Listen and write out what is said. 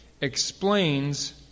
explains